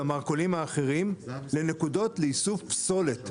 המרכולים האחרים לנקודות לאיסוף פסולת.